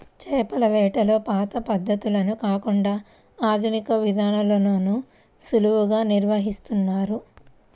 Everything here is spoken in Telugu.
చేపల వేటలో పాత పద్ధతులను కాకుండా ఆధునిక విధానాల్లోనే సులువుగా నిర్వహిస్తున్నారు